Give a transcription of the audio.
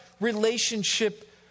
Relationship